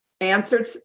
answered